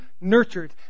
nurtured